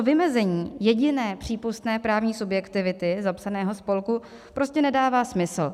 Vymezení jediné přípustné právní subjektivity zapsaného spolku prostě nedává smysl.